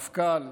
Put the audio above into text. מפכ"ל,